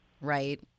Right